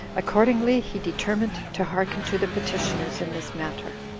accordingly, he determined to hearken to the petitioners in this matter.